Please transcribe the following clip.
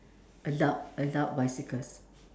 adult adult bicycles